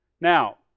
Now